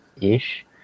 ish